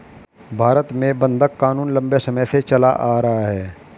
भारत में बंधक क़ानून लम्बे समय से चला आ रहा है